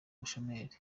bushomeri